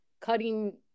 cutting